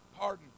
pardon